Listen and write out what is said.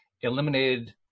eliminated